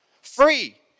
free